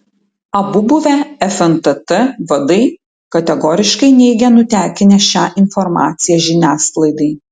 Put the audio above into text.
abu buvę fntt vadai kategoriškai neigia nutekinę šią informaciją žiniasklaidai